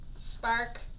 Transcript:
Spark